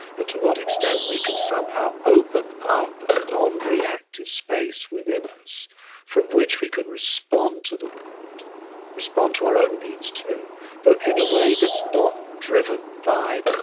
and to what extent we can somehow open up a nonreactive space within us from which we can respond to the world respond to our own needs, too but in a way that's not driven by